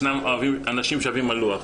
ישנם אנשים שאוהבים מלוח.